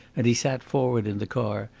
and he sat forward in the car,